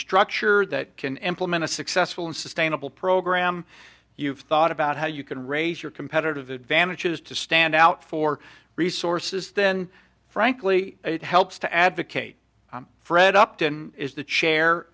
structure that can implement a successful and sustainable program you've thought about how you can raise your competitive advantage is to stand out for resources then frankly it helps to advocate fred upton is th